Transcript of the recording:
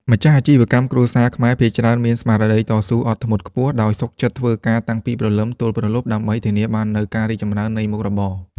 ម្ចាស់អាជីវកម្មគ្រួសារខ្មែរភាគច្រើនមានស្មារតីតស៊ូអត់ធ្មត់ខ្ពស់ ដោយសុខចិត្តធ្វើការតាំងពីព្រលឹមទល់ព្រលប់ដើម្បីធានាបាននូវការរីកចម្រើននៃមុខរបរ។